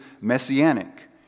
messianic